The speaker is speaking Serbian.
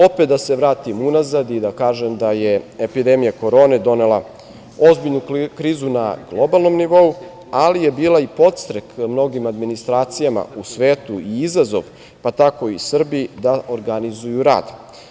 Opet da se vratim unazad i da kažem da je epidemija Korone donela ozbiljnu krizu na globalnom nivou, ali je bila i podstrek mnogim administracijama u svetu i izazov, pa tako i Srbiji da organizuju rad.